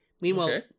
Meanwhile